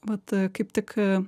vat kaip tik